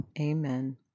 Amen